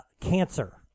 cancer